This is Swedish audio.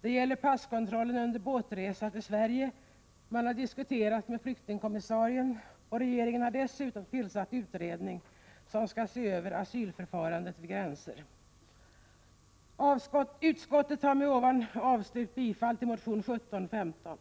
Det gäller passkontroll under båtresa till Sverige. Man har fört diskussioner med flyktingkommissarien, och regeringen har dessutom tillsatt en utredning som skall se över asylförfarandet vid gränserna. Utskottet har med hänsyn till detta avstyrkt bifall till motion 1715.